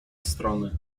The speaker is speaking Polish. strony